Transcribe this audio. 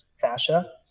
fascia